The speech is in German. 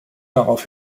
darauf